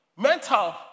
Mental